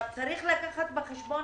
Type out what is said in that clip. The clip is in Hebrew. צריך לקחת בחשבון,